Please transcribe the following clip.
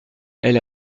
elle